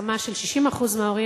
הצעת חוק השאלת ספרי לימוד (תיקון חובת השאלת ספרי לימוד),